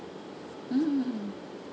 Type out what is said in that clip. mm hmm hmm hmm